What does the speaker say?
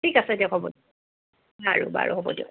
ঠিক আছে দিয়ক হ'ব বাৰু বাৰু হ'ব দিয়ক